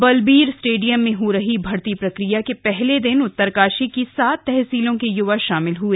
Balbir stadium में हो रही भर्ती प्रक्रिया के पहले दिन उत्तरकाशी की सात तहसीलों के युवा शामिल हुए